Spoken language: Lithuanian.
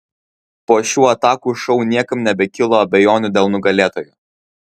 po šių atakų šou niekam nebekilo abejonių dėl nugalėtojo